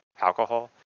alcohol